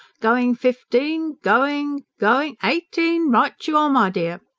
going fifteen. going going eighteen? right you are, my dear!